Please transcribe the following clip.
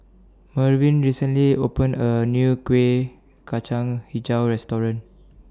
Mervyn recently opened A New Kueh Kacang Hijau Restaurant